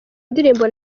indirimbo